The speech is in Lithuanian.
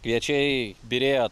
kviečiai byrėjo